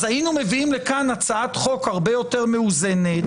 אז היינו מביאים לכאן הצעת חוק הרבה יותר מאוזנת,